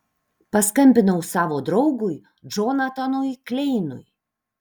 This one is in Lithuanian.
paskambinau savo draugui džonatanui kleinui